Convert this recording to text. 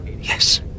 Yes